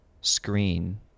screen